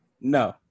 No